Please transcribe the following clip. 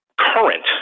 Current